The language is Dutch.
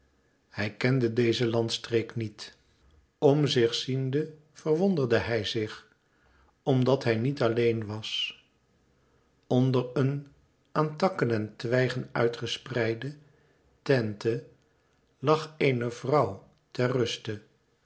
hij kende dezen landstreek niet om zich ziende verwonderde hij zich omdat hij niet alleen was onder een aan takken en twijgen uit gespreide tente lag eene vrouwe ter ruste